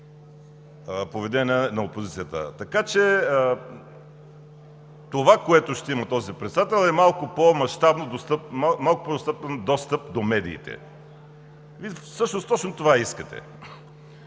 поведение на опозицията. Така че това, което ще има този председател, е малко по-достъпен достъп до медиите. Вие всъщност точно това искате.